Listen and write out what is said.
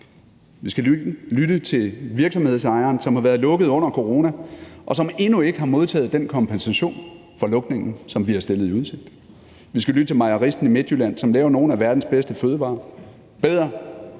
Vi skal lytte til virksomhedsejeren, som har været lukket under corona, og som endnu ikke har modtaget den kompensation for lukningen, som vi har stillet i udsigt. Vi skal lytte til mejeristen i Midtjylland, som laver nogle af verdens bedste fødevarer